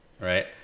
right